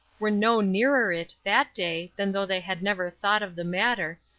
were no nearer it that day than though they had never thought of the matter,